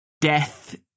death